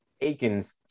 Aikens